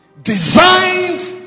Designed